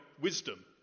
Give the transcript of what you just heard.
wisdom